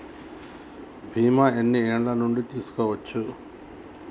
బీమా ఎన్ని ఏండ్ల నుండి తీసుకోవచ్చు?